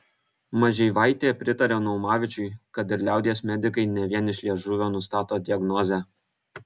mažeivaitė pritaria naumavičiui kad ir liaudies medikai ne vien iš liežuvio nustato diagnozę